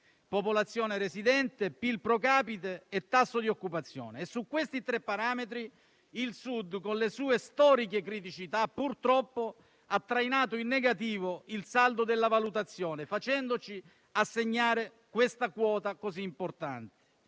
popolazione residente, PIL *pro capite* e tasso di occupazione. Su questi tre parametri il Sud, con le sue storiche criticità, purtroppo ha trainato in negativo il saldo della valutazione, facendoci assegnare questa quota così importante.